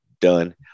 done